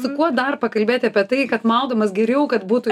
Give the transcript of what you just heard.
suo kuo dar pakalbėti apie tai kad maudomas geriau kad būtų